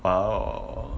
!wow!